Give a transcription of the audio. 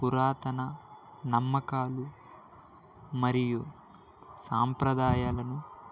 పురాతన నమ్మకాలు మరియు సాంప్రదాయాలను